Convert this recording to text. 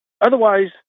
otherwise